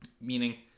meaning